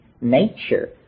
nature